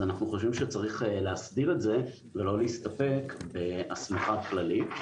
אז אנחנו חושבים שצריך להסדיר את זה ולא להסתפק בהסמכה כללית.